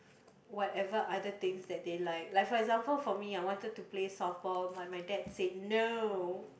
whatever other things that they like like for example for me I wanted to play softball my my dad say no